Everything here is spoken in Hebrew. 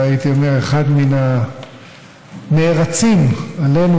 והייתי אומר אחד מן הנערצים עלינו,